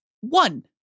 one